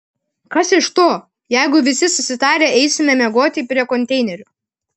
kas iš to jeigu visi susitarę eisime miegoti prie konteinerių